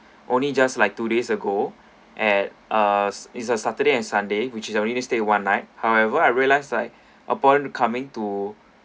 only just like two days ago at uh is a saturday and sunday which is I only stay one night however I realize like upon coming to